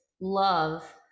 love